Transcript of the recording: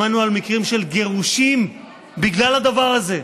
שמענו על מקרים של גירושים בגלל הדבר הזה,